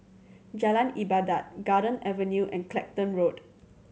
Jalan Ibadat Garden Avenue and Clacton Road